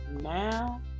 now